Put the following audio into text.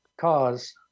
cause